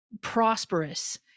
prosperous